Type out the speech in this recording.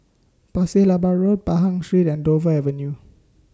Pasir Laba Road Pahang Street and Dover Avenue